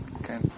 Okay